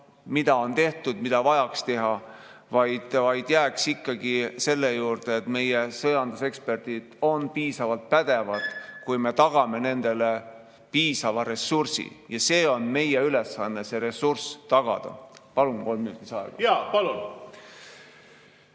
mida on tehtud ja mida oleks vaja teha, vaid jääks ikkagi selle juurde, et meie sõjanduseksperdid on piisavalt pädevad, kui me tagame nendele piisava ressursi. On meie ülesanne see ressurss tagada. Palun kolm minutit lisaaega. Jaa, palun!